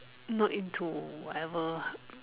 not into whatever